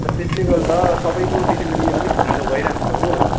त त्यसले गर्दा सबैको डेलिभरी अलिक ढिलो भइरहेको छ हो